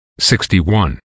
61